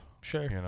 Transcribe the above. Sure